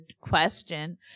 question